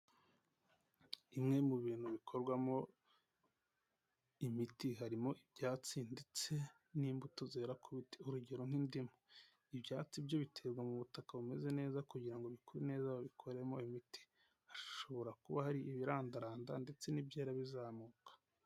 Bmwe mu bintu bikorwamo imiti harimo ibyatsi ndetse n'imbuto zera kubiti urugero nk'indimu, ibyatsi byo biterwa mu butaka bumeze neza kugira ngo bikure neza babikoremo imiti hashobora kuba hari ibirandaranda ndetse n'ibyera bizamuka.